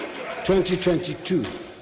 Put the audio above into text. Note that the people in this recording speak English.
2022